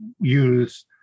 use